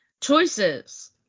Choices